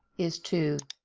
is to